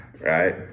right